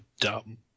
dumb